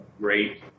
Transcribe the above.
great